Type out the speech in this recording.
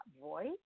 voice